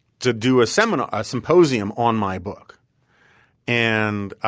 to do a seminar a symposium on my book and